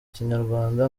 kinyarwanda